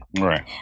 Right